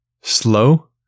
slow